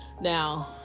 Now